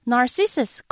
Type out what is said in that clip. Narcissus